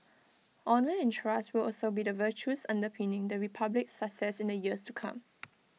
honour and trust will also be the virtues underpinning the republic's success in the years to come